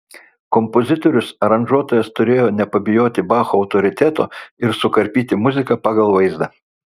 kompozitorius aranžuotojas turėjo nepabijoti bacho autoriteto ir sukarpyti muziką pagal vaizdą